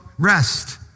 Rest